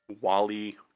Wally